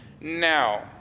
Now